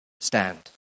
Stand